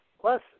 Plus